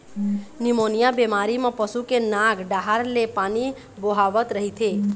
pneumonia बेमारी म पशु के नाक डाहर ले पानी बोहावत रहिथे